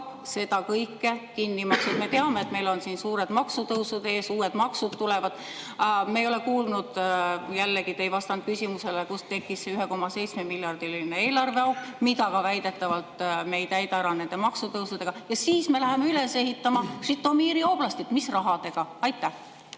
seda kõike kinni maksma? Me teame, et meil on siin suured maksutõusud ees, uued maksud tulevad. Me ei ole kuulnud, jällegi te ei vastanud küsimusele, kust tekkis see 1,7-miljardiline eelarveauk, mida väidetavalt me ei täida ära nende maksutõusudega. Ja siis me läheme üles ehitama Žõtomõri oblastit! Mis rahaga? Aitäh!